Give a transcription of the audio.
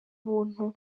buntu